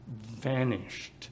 vanished